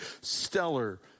stellar